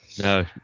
No